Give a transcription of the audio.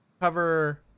cover